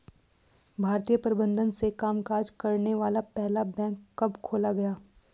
भारतीय प्रबंधन से कामकाज करने वाला पहला बैंक कब खोला गया?